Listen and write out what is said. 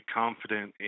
confident